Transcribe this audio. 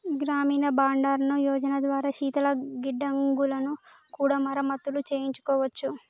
గ్రామీణ బండారన్ యోజన ద్వారా శీతల గిడ్డంగులను కూడా మరమత్తులు చేయించుకోవచ్చు